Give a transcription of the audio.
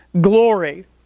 glory